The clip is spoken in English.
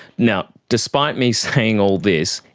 now, despite me saying all this,